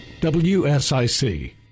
WSIC